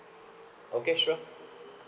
okay sure